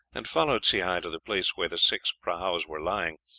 and followed sehi to the place where the six prahus were lying,